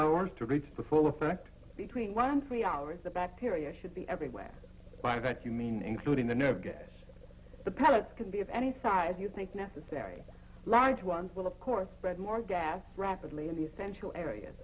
hours to reach the full effect between one three hours a bacteria should be everywhere by that you mean including the nerve gas the pellets can be of any size you think necessary large ones will of course spread more gas rapidly in the central areas